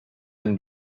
and